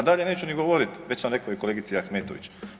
A dalje neću ni govorit, već sam rekao i kolegici Ahmetović.